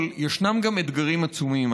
אבל ישנם גם אתגרים עצומים.